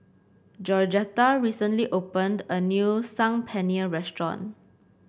Georgetta recently opened a new Saag Paneer Restaurant